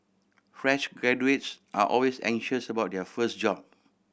fresh graduates are always anxious about their first job